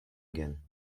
again